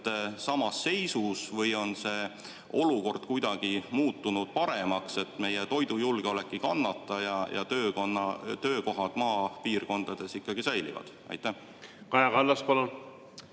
samas seisus või on see olukord kuidagi muutunud paremaks, et meie toidujulgeolek ei kannata ja töökohad maapiirkondades ikkagi säilivad? Aitäh, austatud